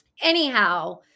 Anyhow